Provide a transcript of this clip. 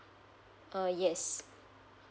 uh yes